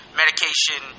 medication